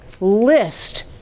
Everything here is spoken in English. list